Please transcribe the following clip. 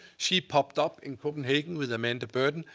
she popped up in copenhagen with amanda burden.